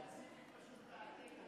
משם לקחתי את זה.